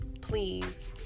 please